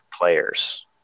players